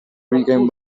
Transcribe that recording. bikain